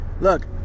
Look